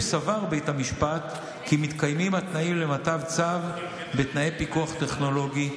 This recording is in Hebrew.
אם סבר בית המשפט כי מתקיימים התנאים למתן צו בתנאי פיקוח טכנולוגי,